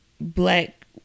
Black